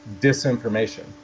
disinformation